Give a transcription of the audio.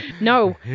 no